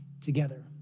together